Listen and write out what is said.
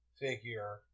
figure